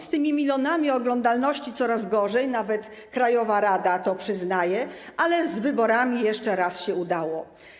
Z tymi milionami oglądalności coraz gorzej, nawet krajowa rada to przyznaje, ale z wyborami jeszcze raz się udało.